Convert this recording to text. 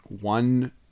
one